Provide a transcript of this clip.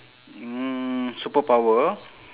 mm superpower